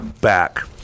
back